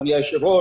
אדוני היושב-ראש,